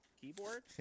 keyboard